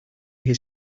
his